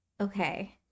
Okay